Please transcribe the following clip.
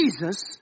Jesus